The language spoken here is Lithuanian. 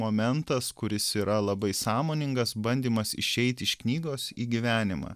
momentas kuris yra labai sąmoningas bandymas išeiti iš knygos į gyvenimą